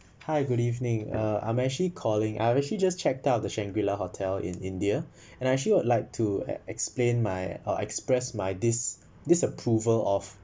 hi good evening uh I'm actually calling I'm actually just checked out the shangri la hotel in india and I actually would like to ex~ explain my uh express my this disapproval of